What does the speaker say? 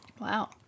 Wow